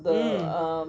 mm